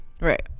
Right